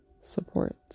support